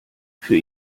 für